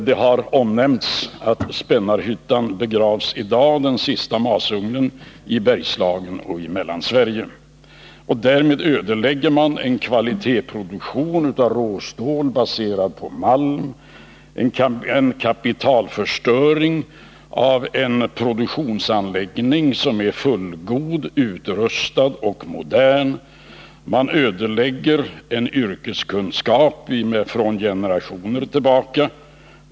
Det har omnämnts att Spännarhyttan, den sista masugnen i Bergslagen och i Mellansverige, begravs i dag. Därmed ödelägger man en kvalitetsproduktion av råstål baserad på malm. Det är en kapitalförstöring, då det gäller en produktionsanläggning som är fullgod, utrustad och modern. Man ödelägger en yrkeskunskap som funnits sedan generationer tillbaka.